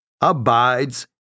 abides